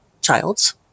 child's